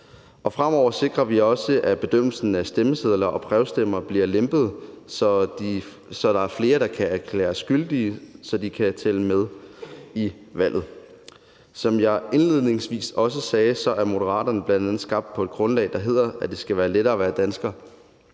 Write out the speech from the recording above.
Fremover sikrer vi også, at bedømmelsen af stemmesedler og brevstemmer bliver lempet, så der er flere, der kan erklæres gyldige, så de kan tælle med i valget. Som jeg indledningsvis også sagde, er Moderaterne bl.a. skabt på et grundlag, der hedder, at det skal være lettere at være dansker.